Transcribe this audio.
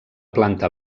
planta